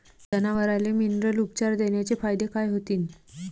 जनावराले मिनरल उपचार देण्याचे फायदे काय होतीन?